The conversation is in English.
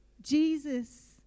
Jesus